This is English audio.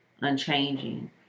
unchanging